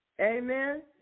Amen